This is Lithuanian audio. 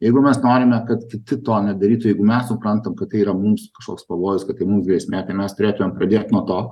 jeigu mes norime kad kiti to nedarytų jeigu mes suprantam kad tai yra mums kažkoks pavojus kad tai mums grėsmė tai mes turėtumėm pradėt nuo to